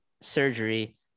surgery